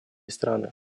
страны